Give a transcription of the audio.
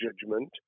judgment